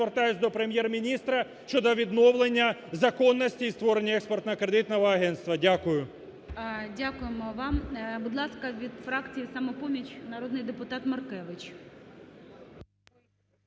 звертаюсь до Прем'єр-міністра щодо відновлення законності створення експортно-кредитного агентства. Дякую. ГОЛОВУЮЧИЙ. Дякуємо вам. Будь ласка, від фракції "Самопоміч" народний депутат Маркевич.